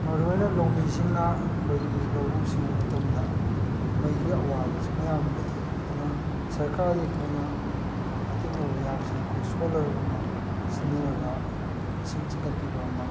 ꯃꯔꯨ ꯑꯣꯏꯅ ꯂꯧꯃꯤꯁꯤꯡꯅ ꯑꯩꯈꯣꯏꯒꯤ ꯂꯧꯎ ꯁꯤꯡꯎꯕ ꯃꯇꯝꯗ ꯃꯩꯒꯤ ꯑꯋꯥꯕꯁꯤ ꯃꯌꯥꯝ ꯂꯩ ꯑꯗꯨꯅ ꯁꯔꯀꯥꯔꯗꯩ ꯑꯩꯈꯣꯏꯅ ꯃꯇꯦꯡ ꯂꯧꯕ ꯌꯥꯕꯁꯦ ꯑꯩꯈꯣꯏ ꯁꯣꯂꯔꯒꯨꯝꯕ ꯁꯤꯟꯅꯔꯒ ꯑꯩꯈꯣꯏ ꯏꯁꯤꯡ ꯆꯤꯡꯈꯠꯄꯤꯕ ꯑꯃ